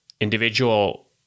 individual